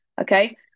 okay